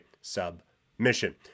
submission